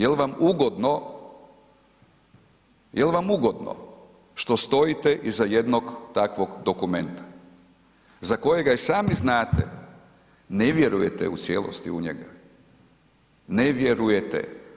Jel vam ugodno, jel vam ugodno što stojite iza jednog takvog dokumenta za kojega i sami znate, ne vjerujete u cijelosti u njega, ne vjerujete.